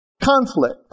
Conflict